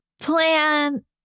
plan